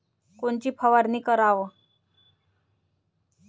कोनची फवारणी कराव?